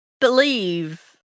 believe